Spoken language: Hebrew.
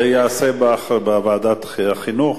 זה ייעשה בוועדת החינוך,